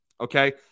Okay